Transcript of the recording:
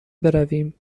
برویم